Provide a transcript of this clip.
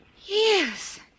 Yes